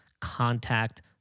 contact